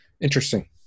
Interesting